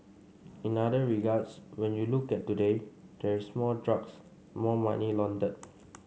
in other regards when you look at today there is more drugs more money laundered